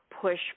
push